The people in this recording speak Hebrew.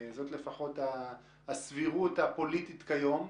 זאת לפחות הסבירות הפוליטית היום,